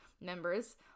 members